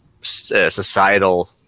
societal